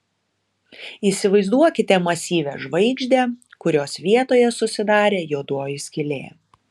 įsivaizduokite masyvią žvaigždę kurios vietoje susidarė juodoji skylė